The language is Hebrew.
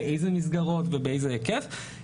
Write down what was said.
באילו מסגרות ובאיזה היקף.